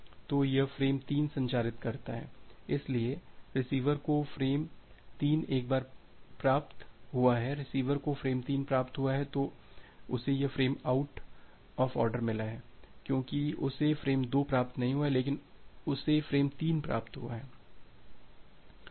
तो यह फ्रेम 3 संचारित करता है इसलिए रिसीवर को फ्रेम 3 एक बार प्राप्त हुआ है रिसीवर को फ्रेम 3 प्राप्त हुआ है तो उसे यह फ्रेम आउट ऑफ ऑर्डर मिला है क्योंकि उसे फ्रेम 2 प्राप्त नहीं हुआ है लेकिन उसे फ्रेम 3 प्राप्त हुआ है